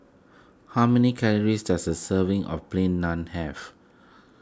how many calories does a serving of Plain Naan have